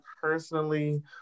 personally